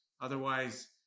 Otherwise